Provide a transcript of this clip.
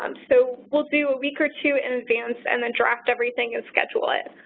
um so, we'll do a week or two in advance and then draft everything and schedule it,